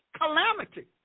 calamity